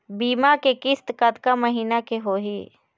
बीमा के किस्त कतका महीना के होही?